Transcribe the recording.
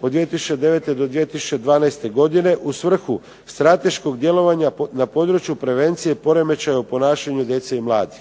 od 2009. do 2012. godine u svrhu strateškog djelovanja na području prevencije i poremećaja u ponašanju djece i mladih.